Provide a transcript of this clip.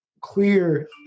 clear